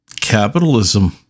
capitalism